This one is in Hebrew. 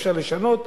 אפשר לשנות,